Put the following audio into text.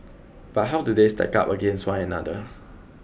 but how do they stack up against one another